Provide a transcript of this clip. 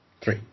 Three